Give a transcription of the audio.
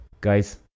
guys